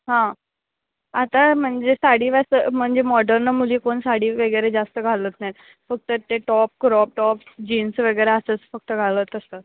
हां आता म्हणजे साडी अस म्हणजे मॉडर्न मुली कोण साडी वगैरे जास्त घालत नाहीत फक्त ते टॉप क्रॉप टॉप जीन्स वगैरे असंच फक्त घालत असतात